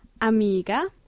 Amiga